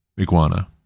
iguana